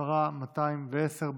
שמספרה 210,